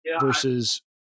versus